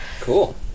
Cool